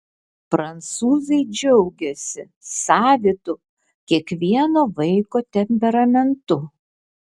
prancūzai džiaugiasi savitu kiekvieno vaiko temperamentu